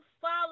follow